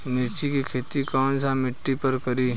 मिर्ची के खेती कौन सा मिट्टी पर करी?